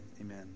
Amen